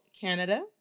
Canada